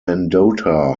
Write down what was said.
mendota